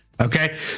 Okay